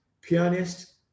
pianist